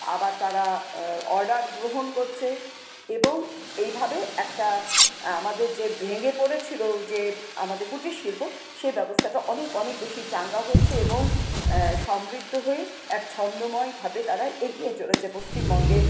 আবার তারা অর্ডার গ্রহণ করছে এবং এইভাবে একটা আমাদের যে ভেঙে পরেছিল যে আমাদের কুটিরশিল্প সে ব্যবস্থাটা অনেক অনেক বেশী চাঙ্গা হচ্ছে এবং সমৃদ্ধ হয়ে এক ছন্দময়ভাবে তারা এগিয়ে চলেছে পশ্চিমবঙ্গের